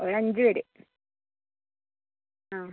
ഒരു അഞ്ച് പേർ ആ